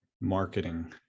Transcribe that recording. marketing